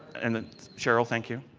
and cheryl, thank you.